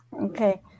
Okay